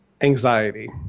anxiety